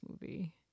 movie